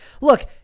Look